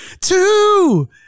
Two